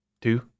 two